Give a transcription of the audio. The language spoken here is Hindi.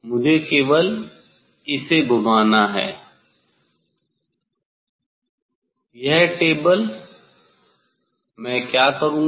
मुझे केवल इसे घुमाना है यह टेबल मैं क्या करूंगा